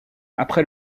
après